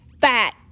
fat